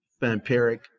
vampiric